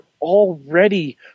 already